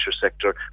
sector